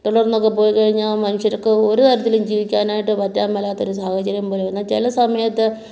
തുടർന്നൊക്കെ പോയി കഴിഞ്ഞാൽ മനുഷ്യർക്ക് ഒരുതരത്തിലും ജീവിക്കാനായിട്ട് പറ്റാൻ മേലാത്ത ഒരു സാഹചര്യം വരും എന്നാൽ ചില സമയത്ത്